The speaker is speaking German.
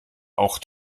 auch